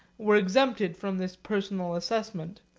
were exempted from this personal assessment